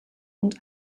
und